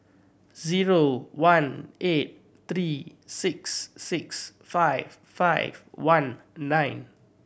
zero one eight three six six five five one nine